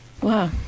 Wow